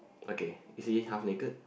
okay is he half naked